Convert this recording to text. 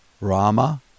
Rama